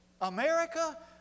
America